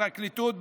פרקליטות,